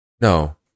no